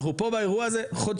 אנחנו פה באירוע הזה חודשיים,